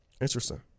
Interesting